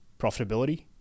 profitability